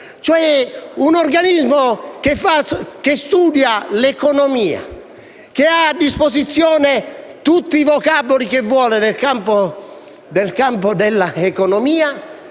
Un organismo che studia l'economia, che ha a disposizione tutti i vocaboli che vuole nel campo dell'economia,